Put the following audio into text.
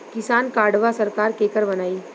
किसान कार्डवा सरकार केकर बनाई?